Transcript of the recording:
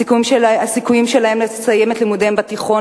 הסיכויים שלהם לסיים את לימודיהם בתיכון